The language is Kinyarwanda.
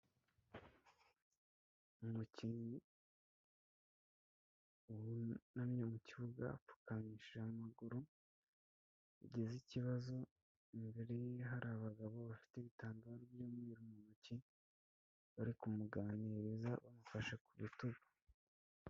Umukinnyi wunamye mu kibuga apfukamishije amaguru yagize ikibazo, imbere hari abagabo bafite ibitambaro by'umweru mu ntoki bari kumuganiriza bamufashe ku rutugu.